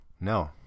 No